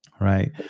right